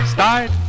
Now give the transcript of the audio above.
Start